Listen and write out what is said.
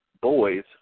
boys